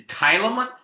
entitlement